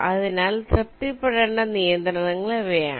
അതിനാൽ തൃപ്തിപ്പെടേണ്ട നിയന്ത്രണങ്ങൾ ഇവയാണ്